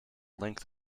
length